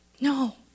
No